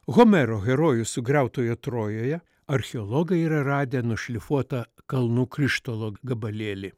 homero herojų sugriautoje trojoje archeologai yra radę nušlifuotą kalnų krištolo gabalėlį